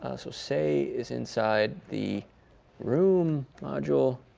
ah so say is inside the room module,